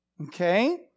Okay